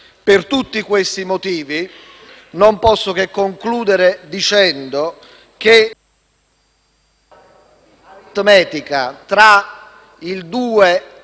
Per tutti questi motivi non posso che concludere dicendo che la cacofonia aritmetica tra il